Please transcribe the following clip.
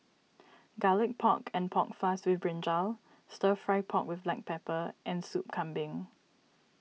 Garlic Pork and Pork Floss with Brinjal Stir Fry Pork with Black Pepper and Soup Kambing